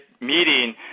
meeting